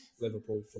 Liverpool